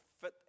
fit